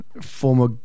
former